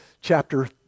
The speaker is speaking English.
chapter